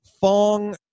Fong